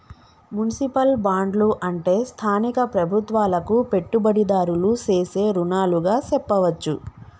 municipal బాండ్లు అంటే స్థానిక ప్రభుత్వాలకు పెట్టుబడిదారులు సేసే రుణాలుగా సెప్పవచ్చు